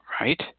right